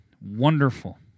wonderful